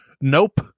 nope